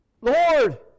Lord